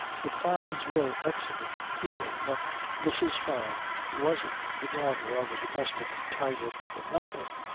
the fynes were excellent people, but mrs. fyne wasn't the daughter of a domestic tyrant for nothing.